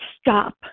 stop